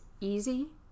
easy